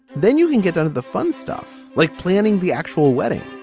then you can get on to the fun stuff like planning the actual wedding